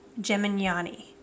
Gemignani